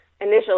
initial